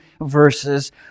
verses